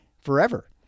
forever